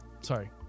Sorry